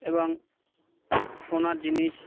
এবং সোনার জিনিস